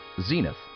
Zenith